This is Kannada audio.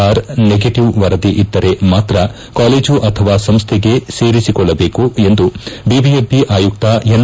ಆರ್ ನೆಗೆಟವ್ ವರದಿ ಇದ್ದರೆ ಮಾತ್ರ ಕಾಲೇಜು ಅಥವಾ ಸಂಸ್ಲೆಗೆ ಸೇರಿಸಿಕೊಳ್ಳಬೇಕು ಎಂದು ಬಿಬಿಎಂಪಿ ಆಯುಕ್ತ ಎನ್